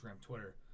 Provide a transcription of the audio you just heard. Twitter